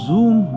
Zoom